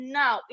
now